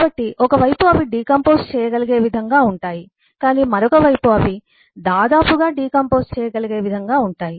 కాబట్టి ఒక వైపు అవి డికాంపొస్ చేయగలిగే విధంగా ఉంటాయి కాని మరొక వైపు అవి దాదాపుగా డికాంపొస్ చేయగలిగే విధంగా ఉంటాయి